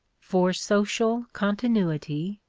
for social continuity,